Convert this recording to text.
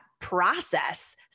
process